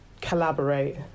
collaborate